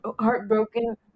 heartbroken